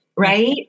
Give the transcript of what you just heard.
Right